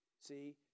see